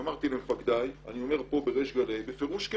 אמרתי למפקדי שכן ואני אומר כאן בריש גלי שכן.